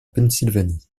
pennsylvanie